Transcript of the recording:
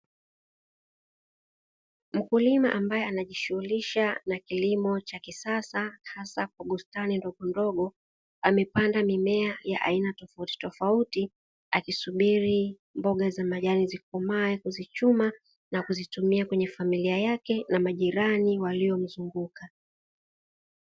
Mkulima ambaye anajishughulisha na kilimo cha kisasa hasa kwa bustani ndogondogo, amepanda mimea ya aina tofautitofauti akisubiri mboga za majani, zikomae kuzichuma na kuzitumia kwenye familia yake na majirani waliomzunguka.